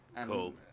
cool